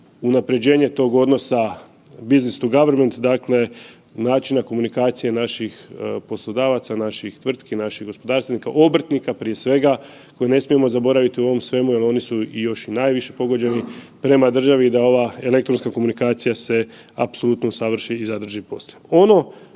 unapređenje tog odnosa business to government, dakle načina komunikacije naših poslodavaca, naših tvrtki, naših gospodarstvenika, obrtnika prije svega koje ne smijemo zaboraviti u ovom svemu jer oni su još najviše pogođeni prema državi da ova elektronska komunikacija se apsolutno usavrši i zadrži poslije.